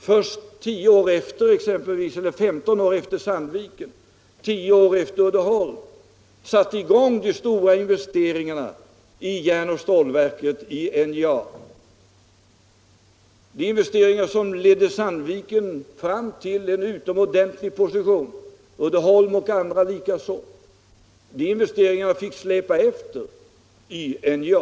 Först 15 år efter exempelvis Sandviken och 10 år efter Uddeholm satte vi i gång med stora investeringar i järnoch stålverket vid NJA. Det var sådana investeringar som ledde Sandviken, Uddeholm och andra företag fram till en utomordentlig position. De investeringarna fick släpa efter vid NJA.